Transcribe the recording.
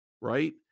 right